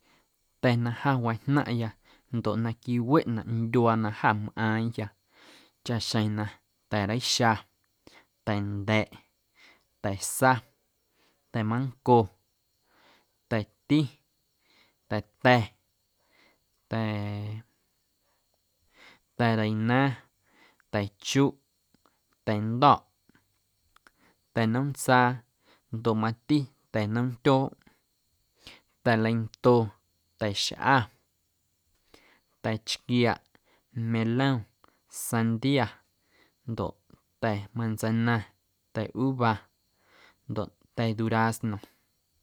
Ta̱ na ja wijnaⁿꞌya ndoꞌ na quiweꞌnaꞌ ndyuaa na jâ mꞌaaⁿyâ chaꞌxjeⁿ na ta̱reixa, ta̱nda̱ꞌ, ta̱sa, ta̱manco, ta̱ti, ta̱ta̱, ta̱, ta̱reina, ta̱chuꞌ, ta̱ndo̱ꞌ, ta̱nomntsaa ndoꞌ mati ta̱nomntyooꞌ, ta̱leinto, ta̱xꞌa, ta̱chquiaꞌ, melom, sandia, ndoꞌ ta̱ manzana, ta̱ uva ndoꞌ ta̱ durazno.